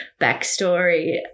backstory